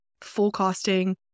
forecasting